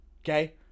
okay